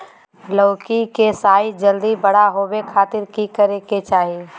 लौकी के साइज जल्दी बड़ा होबे खातिर की करे के चाही?